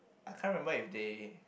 I can't remember if they